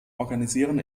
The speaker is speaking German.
organisieren